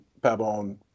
Pabon